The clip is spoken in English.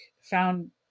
found